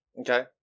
Okay